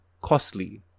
costly